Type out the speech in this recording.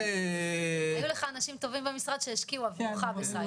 היו לך אנשים טובים במשרד, שהשקיעו עבורך בסייבר.